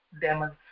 Demons